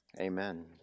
Amen